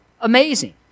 amazing